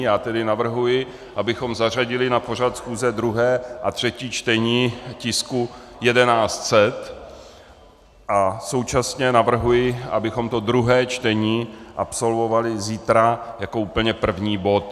Já tedy navrhuji, abychom zařadili na pořad schůze druhé a třetí čtení tisku 1100, a současně navrhuji, abychom to druhé čtení absolvovali zítra jako úplně první bod.